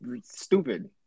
Stupid